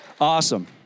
Awesome